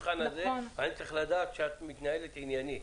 אני צריך לדעת שאת מתנהלת באופן ענייני.